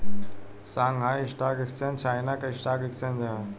Shanghai stock exchange China के stock exchange ह